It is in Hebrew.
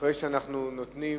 אחרי שאנחנו נותנים